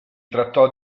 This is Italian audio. trattò